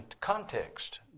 context